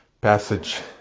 passage